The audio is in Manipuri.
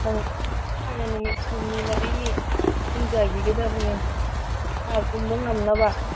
ꯊꯪꯅ ꯊꯪꯅ ꯅꯨꯃꯤꯠ ꯍꯨꯝꯅꯤ ꯃꯔꯤꯅꯤ ꯏꯁꯤꯡ ꯆꯥꯏꯕꯤꯒꯗꯕꯅꯤ ꯍꯥꯔ ꯇꯨꯝꯕ ꯉꯝꯅꯕ